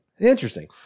Interesting